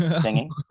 singing